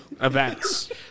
events